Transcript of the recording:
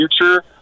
future